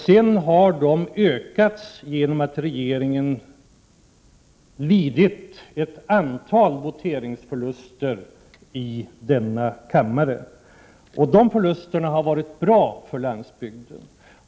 Sedan har de ökats genom att regeringen lidit ett antal voteringsförluster i denna kammare, och de förlusterna har varit bra för landsbygden.